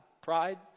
pride